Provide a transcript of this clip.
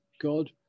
God